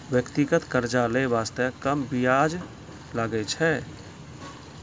व्यक्तिगत कर्जा लै बासते कम बियाज लागै छै